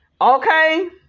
okay